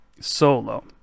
solo